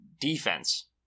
defense